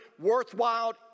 worthwhile